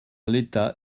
l’état